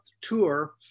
tour